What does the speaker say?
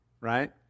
right